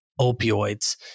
opioids